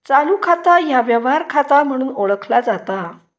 चालू खाता ह्या व्यवहार खाता म्हणून ओळखला जाता